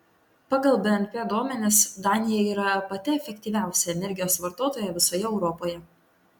pagal bnp duomenis danija yra pati efektyviausia energijos vartotoja visoje europoje